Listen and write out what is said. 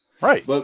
Right